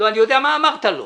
אני יודע מה אמרת לו...